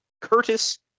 Curtis